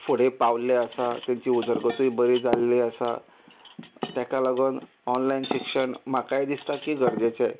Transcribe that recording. फुडें पावल्ले आसा तांची उदरगतूय बरी जाल्ली आसा ताका लागून ऑनलायन शिक्षण म्हाकाय दिसता की गरजेचें